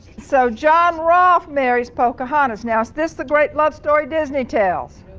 so, john rolfe marries pocahontas. now, is this the great love story d isney tells?